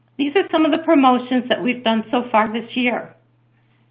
these are some of the promotions that we've done so far this year.